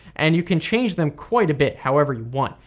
and you can change them quite a bit however you want,